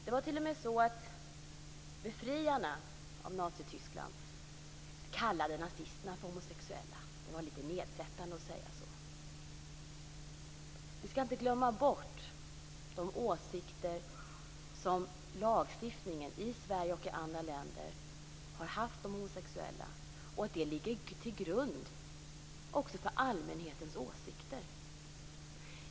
Det var t.o.m. så att befriarna av Nazityskland kallade nazisterna för homosexuella. Det var lite nedsättande att säga så. Vi ska alltså inte glömma bort de åsikter som lagstiftningen i Sverige och i andra länder har haft om homosexuella och att det ligger till grund också för allmänhetens åsikter.